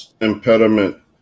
impediment